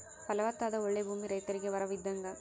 ಫಲವತ್ತಾದ ಓಳ್ಳೆ ಭೂಮಿ ರೈತರಿಗೆ ವರವಿದ್ದಂಗ